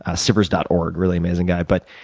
ah sivers dot org. really amazing guy. but,